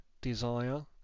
desire